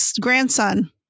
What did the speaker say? grandson